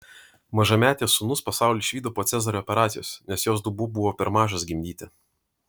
mažametės sūnus pasaulį išvydo po cezario operacijos nes jos dubuo buvo per mažas gimdyti